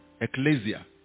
ecclesia